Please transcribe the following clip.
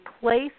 place